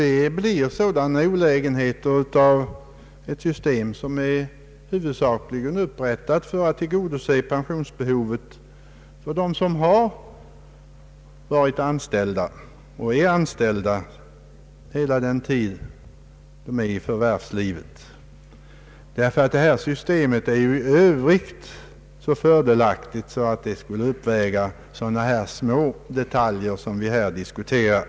Det kan inte undvikas att det följer vissa olägenheter med ett system som huvudsakligen är tillkommet för att tillgodose pensionsbehovet för dem som har sin inkomst av anställning och är anställda under hela den aktiva tiden i förvärvslivet. Systemet är i övrigt så fördelaktigt att det uppväger sådana små olägenheter som vi nu diskuterar.